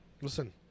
listen